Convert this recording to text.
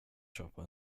köpa